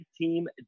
Team